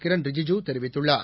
கிரண் ரிஜிஜு தெரிவித்துள்ளார்